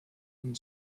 and